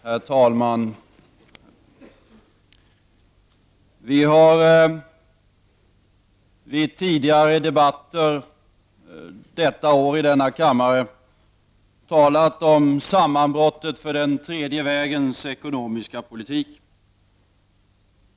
Herr talman! Vi har vid tidigare debatter detta år i denna kammare talat om sammanbrottet för den tredje vägens ekonomiska politik.